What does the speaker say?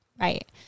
Right